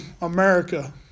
America